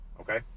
okay